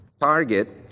Target